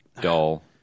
Dull